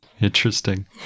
Interesting